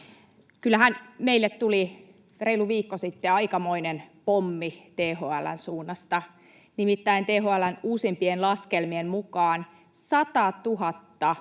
meille tuli reilu viikko sitten aikamoinen pommi THL:n suunnasta. Nimittäin THL:n uusimpien laskelmien mukaan 100 000